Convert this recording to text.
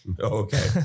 Okay